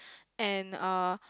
and uh